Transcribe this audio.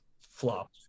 flop